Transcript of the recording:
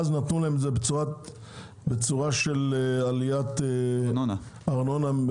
לכן נתנו להם את זה בצורה של עליית ארנונה באופן